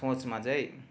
सोचमा चाहिँ